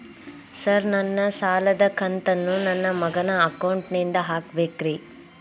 Sir ನನ್ನ ಸಾಲದ ಕಂತನ್ನು ನನ್ನ ಮಗನ ಅಕೌಂಟ್ ನಿಂದ ಹಾಕಬೇಕ್ರಿ?